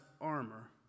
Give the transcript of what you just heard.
armor